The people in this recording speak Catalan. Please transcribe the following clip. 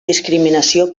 discriminació